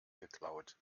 geklaut